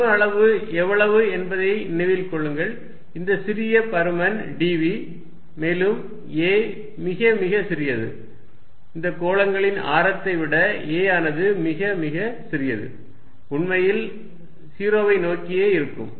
பரும அளவு எவ்வளவு என்பதை நினைவில் கொள்ளுங்கள் இந்த சிறிய பருமன் dv மேலும் a மிக மிக சிறியது இந்த கோளங்களின் ஆரத்தை விட a ஆனது மிக மிக சிறியது உண்மையில் 0 வை நோக்கியே இருக்கும்